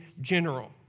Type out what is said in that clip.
general